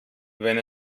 wenn